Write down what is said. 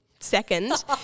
Second